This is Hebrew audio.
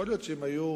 יכול להיות שאם הן היו